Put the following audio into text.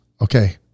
Okay